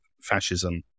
fascism